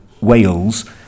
Wales